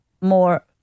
more